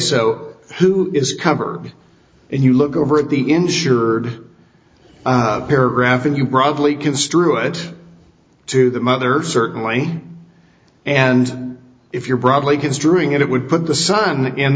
so who is covered and you look over at the insured paragraph and you probably construe it to the mother certainly and if you're probably considering it it would put the son in